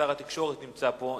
שר התקשורת נמצא פה,